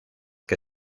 que